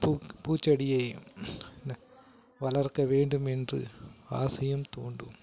பூ பூச்செடியை வளர்க்க வேண்டுமென்று ஆசையும் தோன்றும்